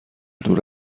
دور